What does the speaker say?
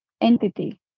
entity